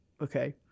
okay